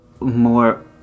more